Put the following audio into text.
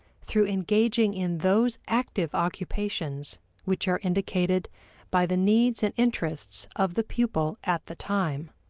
through engaging in those active occupations which are indicated by the needs and interests of the pupil at the time.